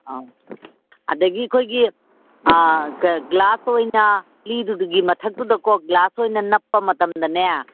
ꯑꯪ ꯑꯗꯒꯤ ꯑꯩꯈꯣꯏꯒꯤ ꯒ꯭ꯂꯥꯁ ꯑꯣꯏꯅ ꯂꯤꯗꯨꯒꯤ ꯃꯊꯛꯇꯨꯗꯀꯣ ꯒ꯭ꯂꯥꯁ ꯑꯣꯏꯅ ꯅꯞꯄ ꯃꯇꯝꯗꯅꯦ